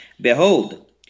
Behold